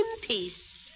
peace